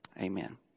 Amen